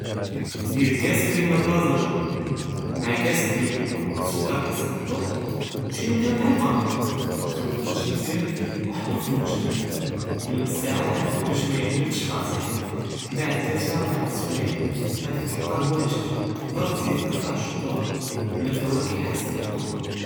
דיר כאס קרימה טאז׳ה מע כאס חֻליב סוכר חסב אד־דוק ושי נַקְה בְּחַל אלפַנִילָה, חְלַט כלשי מזְיַאן וְחַטּוּ פלאמגְמַד, כל נֶס סַעָה חרְכּוּ בש מייגְמַדש קַאסֶח, בְּעַד תְלָת אוּ אַרְבַע סַוָאע יַעְדִי תְלְקָה וָאגֶ׳ד, תְקְדַר תְזִיד קְטַע שׁוֹקוֹלָה וְלָא פְוַאקְה חסב אד־דוק.